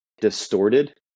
distorted